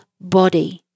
body